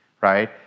right